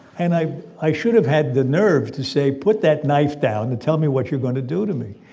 and i i should've had the nerve to say put that knife down and tell me what you're going to do to me.